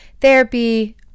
therapy